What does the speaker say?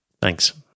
Thanks